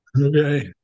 Okay